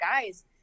guys